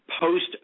Post